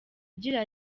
agira